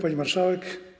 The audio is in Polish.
Pani Marszałek!